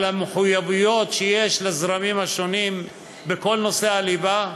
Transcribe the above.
על המחויבויות שיש לזרמים השונים בכל נושא הליבה?